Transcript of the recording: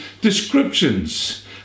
descriptions